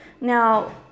Now